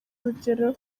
urugero